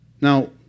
Now